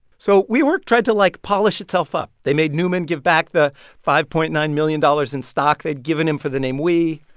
so wework tried to, like, polish itself up. they made neumann give back the five point nine million dollars in stock they'd given him for the name we.